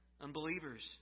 unbelievers